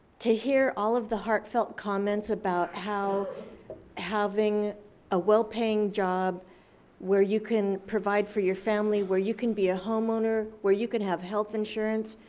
to hear all of the heartfelt comments about how having a well paying job where you can provide for your family, where you can be a homeowner, where you can have health insurance.